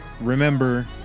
Remember